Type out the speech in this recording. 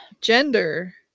Gender